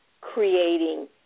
creating